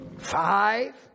Five